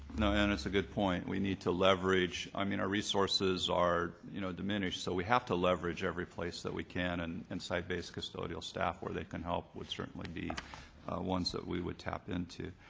no, and that's a good point we need to leverage i mean our resources are, you know, are diminished. so we have to leverage every place that we can and and site-based custodial staff where they can help would certainly be ones that we would tap into.